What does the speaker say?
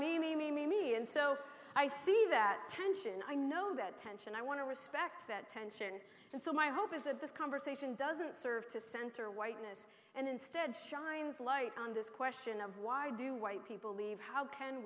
me me me me me and so i see that tension i know that tension i want to respect that tension and so my hope is that this conversation doesn't serve to center whiteness and instead shines light on this question of why do white people leave how can